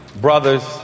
brothers